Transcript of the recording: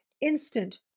instant